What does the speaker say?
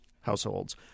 households